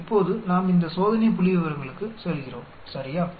இப்போது நாம் இந்த சோதனை புள்ளிவிவரங்களுக்கு செல்கிறோம் சரியா